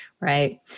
right